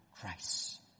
Christ